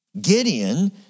Gideon